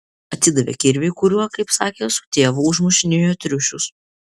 atidavė kirvį kuriuo kaip sakė su tėvu užmušinėjo triušius